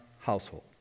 household